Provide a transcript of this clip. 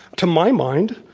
to my mind,